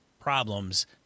problems